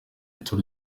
tour